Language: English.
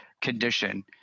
condition